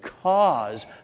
cause